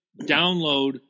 download